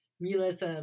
realism